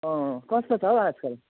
कस्तो छ हो आजकल